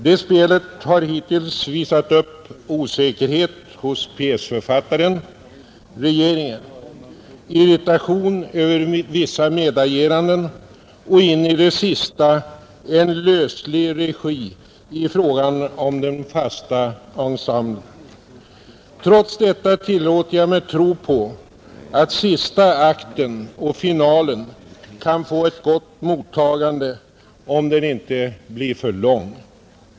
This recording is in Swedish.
Det spelet har hittills visat upp osäkerhet hos pjäsförfattaren — regeringen — irritation över vissa medagerande och in i det sista en löslig regi i fråga om den fasta ensemblen. Trots detta tillåter jag mig tro på att sista akten och finalen kan få ett gott mottagande om den inte blir för lång.